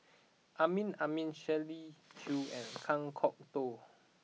Amin Amin Shirley Chew and Kan Kwok Toh